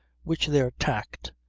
which their tact,